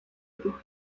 pour